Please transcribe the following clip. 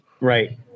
Right